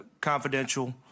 confidential